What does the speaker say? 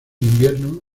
invierno